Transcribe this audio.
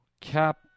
cap